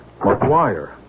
McGuire